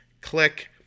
click